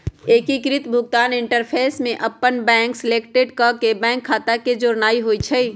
एकीकृत भुगतान interface app में अप्पन बैंक सेलेक्ट क के बैंक खता के जोड़नाइ होइ छइ